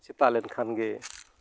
ᱥᱮᱛᱟᱜ ᱞᱮᱱ ᱠᱷᱟᱱ ᱜᱮ